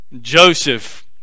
Joseph